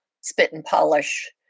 spit-and-polish